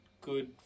good